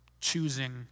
choosing